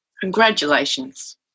Congratulations